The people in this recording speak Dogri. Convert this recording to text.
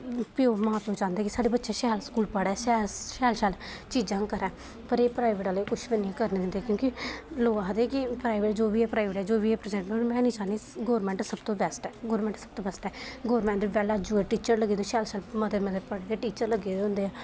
मां प्योऽ चांह्दे कि साढ़ा बच्चा शैल शैल स्कूल पढ़ै शैल शैल चीजां करै एह् प्राइवेट आह्ले किश बी निं करन दिंदे कि लोक आखदे कि जो बी ऐ प्राइवेट ऐ जो बी ऐ प्राइवेट ऐ पर में चाह्न्नी गौरमेंट सबतों बैस्ट ऐ गौरमेंट दे टीचर लग्गे दे मते मते पढ़े दे टीचर लग्गे दे होंदे